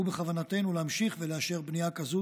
ובכוונתנו להמשיך ולאשר בנייה כזו,